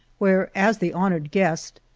where, as the honored guest,